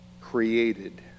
created